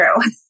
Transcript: true